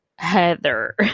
heather